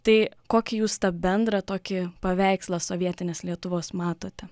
tai kokį jūs tą bendrą tokį paveikslą sovietinės lietuvos matote